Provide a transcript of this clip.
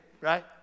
right